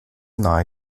nahe